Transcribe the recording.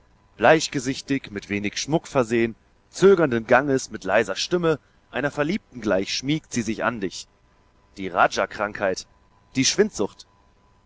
bleichgesichtig mit wenig schmuck versehen zögernden ganges mit leiser stimme einer verliebten gleich schmiegt sie sich an dich die raja krankheit die schwindsucht